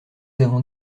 avons